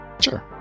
Sure